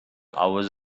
hours